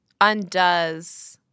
undoes